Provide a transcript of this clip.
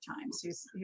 Times